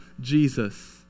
Jesus